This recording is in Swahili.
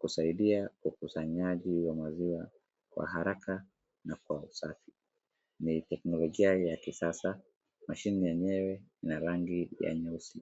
kusaidia ukusanyaji wa maziwa kwa haraka na kwa usafi, ni teknologia ya kisasa , mashine yenyewe ni ya rangi nyeusi .